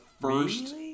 first